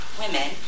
women